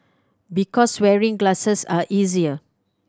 because wearing glasses are easier